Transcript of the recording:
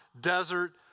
desert